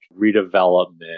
redevelopment